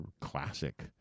classic